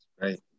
right